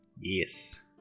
Yes